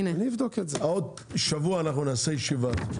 עוד שבוע אנחנו נעשה ישיבה.